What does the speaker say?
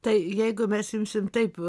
tai jeigu mes imsim taip